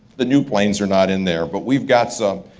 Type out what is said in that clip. the new planes are not in there but we've got some.